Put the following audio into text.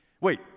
Wait